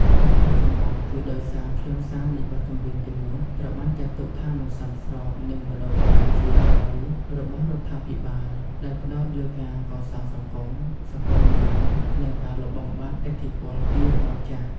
ហេតុផលចម្បងគឺដោយសារខ្លឹមសារនៃបទចម្រៀងទាំងនោះត្រូវបានចាត់ទុកថាមិនសមស្របនឹងមនោគមវិជ្ជាថ្មីរបស់រដ្ឋាភិបាល ដែលផ្តោតលើការកសាងសង្គម សង្គមនិយម និងការលុបបំបាត់ឥទ្ធិពលពីរបបចាស់។